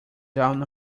down